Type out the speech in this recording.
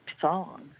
song